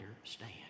understand